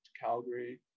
Calgary